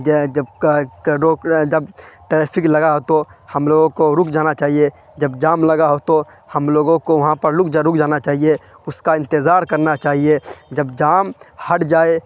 جب جب ٹریفک لگا ہو تو ہم لوگوں کو رک جانا چاہیے جب جام لگا ہو تو ہم لوگوں کو وہاں پر رک جانا چاہیے اس کا انتظار کرنا چاہیے جب جام ہٹ جائے